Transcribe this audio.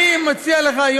אני מציע לך,